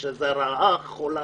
שזו רעה חולה